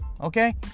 okay